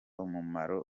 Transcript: umumaro